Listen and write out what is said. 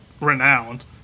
renowned